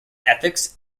ethics